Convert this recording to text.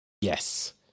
yes